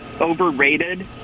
overrated